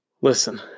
Listen